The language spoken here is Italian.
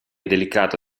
delicato